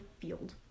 field